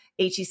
HEC